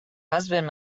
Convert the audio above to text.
husband